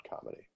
comedy